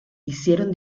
hicieron